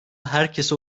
herkese